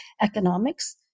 economics